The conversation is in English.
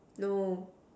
no